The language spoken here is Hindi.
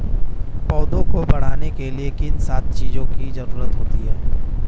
पौधों को बढ़ने के लिए किन सात चीजों की जरूरत होती है?